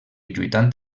lluitant